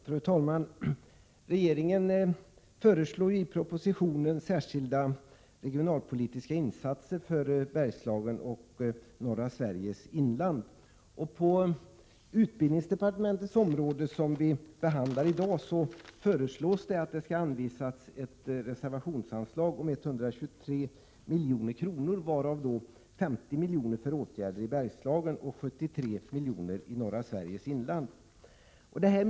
Fru talman! Regeringen föreslår i propositionen särskilda regionalpolitiska insatser för Bergslagen och för norra Sveriges inland. På utbildningsdepartementets område, som vi behandlar i dag, föreslås ett reservationsanslag om 123 milj.kr. varav 50 milj.kr. för åtgärder till Bergslagen och 73 milj.kr. för åtgärder i norra Sveriges inland.